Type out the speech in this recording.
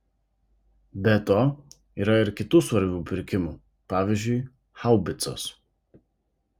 be to yra ir kitų svarbių pirkimų pavyzdžiui haubicos